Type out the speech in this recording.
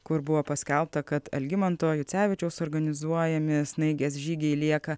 kur buvo paskelbta kad algimanto jucevičiaus organizuojami snaigės žygiai lieka